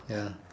ya